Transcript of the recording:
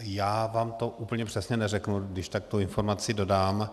Já vám to úplně přesně neřeknu, kdyžtak tu informaci dodám.